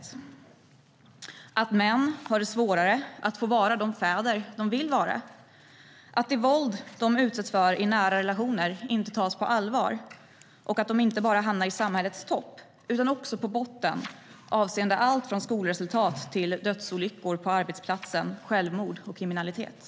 Det handlar om att män har det svårare att få vara de fäder de vill vara, att det våld som de utsätts för i nära relationer inte tas på allvar och att de inte bara hamnar i samhällets topp utan också på botten avseende allt från skolresultat till dödsolyckor på arbetsplatsen, självmord och kriminalitet.